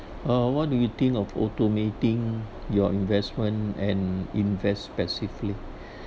uh what do you think of automating your investment and invest passively